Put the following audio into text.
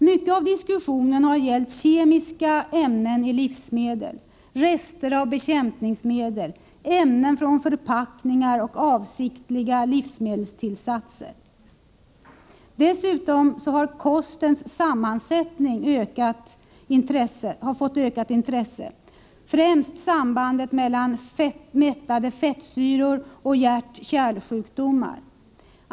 Mycket av diskussionen har gällt kemiska ämnen i livsmedel — rester av bekämpningsmedel, ämnen från förpackningar och avsiktliga livsmedelstillsatser. Dessutom ägnas kostens sammansättning ökat intresse — främst sambandet mellan mättade fettsyror och hjärt-kärlsjukdomar.